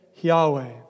Yahweh